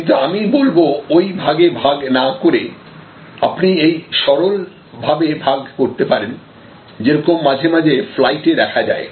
কিন্তু আমি বলব ওই ভাবে ভাগ না করে আপনি এই সরল ভাবে ভাগ করতে পারেন যেরকম মাঝেমাঝে ফ্লাইটে দেখা যায়